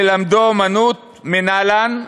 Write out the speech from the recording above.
ללמדו אומנות מנלן?